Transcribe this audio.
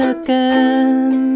again